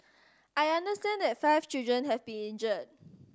I understand that five children have been injured